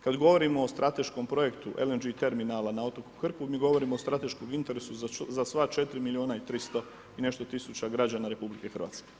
Kad govorimo o strateškom projektu LNG terminala na otoku Krku, mi govorimo o strateškom interesu za sva 4 milijuna i 300 i nešto tisuća građana RH.